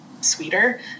sweeter